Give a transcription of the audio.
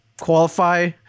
qualify